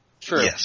True